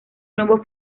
nuevo